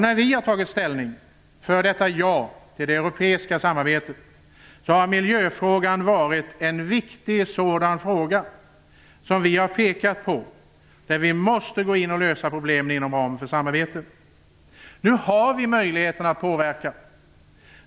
När vi har tagit ställning för detta ja till det europeiska samarbetet har vi pekat på miljöfrågan som just en sådan fråga där vi måste lösa problemen inom ramen för samarbete. Nu har vi möjligheter att påverka.